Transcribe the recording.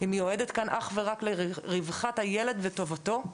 הוועדה מיועדת אך ורק לרווחת הילד וטובתו,